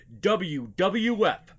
WWF